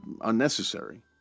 unnecessary